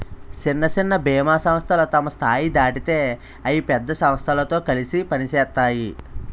సిన్న సిన్న బీమా సంస్థలు తమ స్థాయి దాటితే అయి పెద్ద సమస్థలతో కలిసి పనిసేత్తాయి